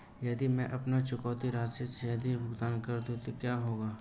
यदि मैं अपनी चुकौती राशि से अधिक भुगतान कर दूं तो क्या होगा?